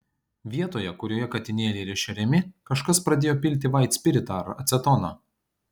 vietoje kurioje katinėliai yra šeriami kažkas pradėjo pilti vaitspiritą ar acetoną